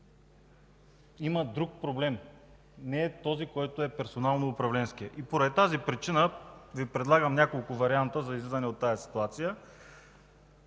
има друг проблем, не е персонално управленския. Поради тази причина Ви предлагам няколко варианта за излизане от тази ситуация: